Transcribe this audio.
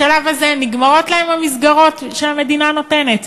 בשלב הזה נגמרות להם המסגרות שהמדינה נותנת.